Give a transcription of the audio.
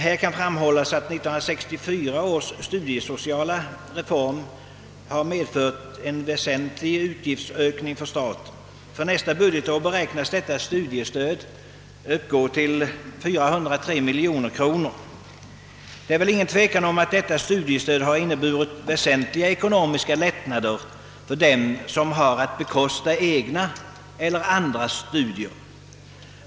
Det kan framhållas att 1964 års studiesociala reform har medfört en väsentlig utgiftsökning för staten. För nästa budgetår beräknas detta studiestöd uppgå till 403 miljoner kronor. Det är väl inget tvivel om att detta studiestöd inneburit avsevärda ekonomiska lättnader för dem som har att bekosta egna och andras studier.